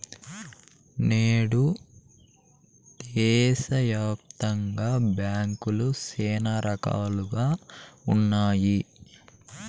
నేడు దేశాయాప్తంగా బ్యాంకులు శానా రకాలుగా ఉన్నాయి